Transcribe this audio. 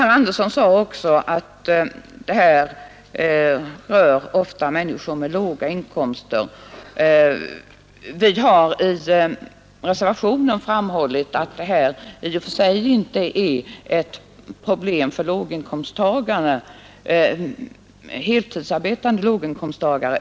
Herr Andersson i Nybro sade att det här ofta rör sig om människor med låga inkomster. Vi har i reservationen framhållit att detta inte i och för sig är ett problem särskilt för heltidsarbetande låginkomsttagare.